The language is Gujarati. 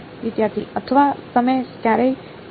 વિદ્યાર્થી અથવા તમે ક્યારે શું કરો છો